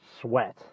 Sweat